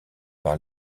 par